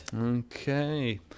Okay